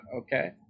Okay